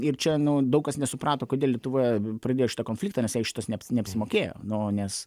ir čia nu daug kas nesuprato kodėl lietuva pradėjo šitą konfliktą nes jai šitas neapsi neapsimokėjo nu nes